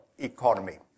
economy